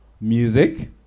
music